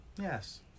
Yes